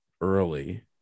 early